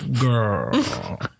Girl